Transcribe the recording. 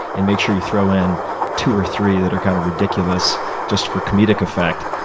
and make sure you throw in two or three that are kind of ridiculous just for comedic effect,